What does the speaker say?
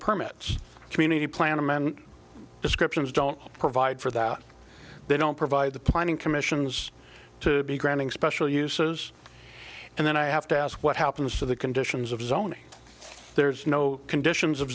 permits community plan amendment descriptions don't provide for that they don't provide the planning commissions to be granting special uses and then i have to ask what happens to the conditions of zoning there's no conditions of